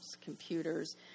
computers